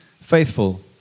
faithful